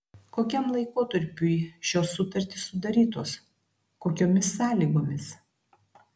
kokiam laikotarpiui šios sutartys sudarytos kokiomis sąlygomis